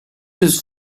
his